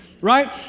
right